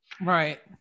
right